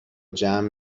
جمع